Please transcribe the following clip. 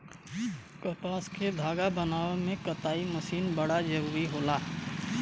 कपास से धागा बनावे में कताई मशीन बड़ा जरूरी होला